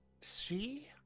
see